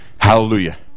hallelujah